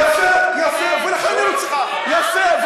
יפה, יפה.